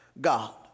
God